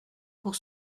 pour